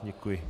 Děkuji.